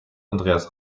andreas